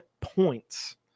points